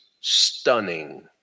stunning